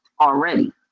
already